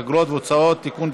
אגרות והוצאות (תיקון,